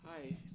Hi